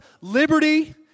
liberty